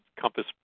compass